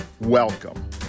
Welcome